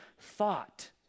thought